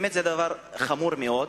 באמת זה דבר חמור מאוד,